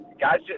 guys